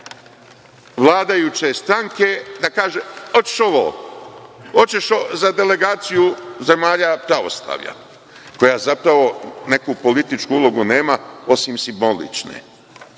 vladajuće stranke da kaže – hoćeš ovo, hoćeš za delegaciju zemalja pravoslavlja, koja zapravo neku političku ulogu nema, osim simbolične. Čujem